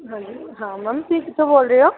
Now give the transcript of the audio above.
ਹਾਂਜੀ ਹਾਂ ਮੈਮ ਤੁਸੀਂ ਕਿੱਥੋਂ ਬੋਲਦੇ ਹੋ